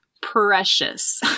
precious